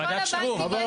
לכל הבנקים.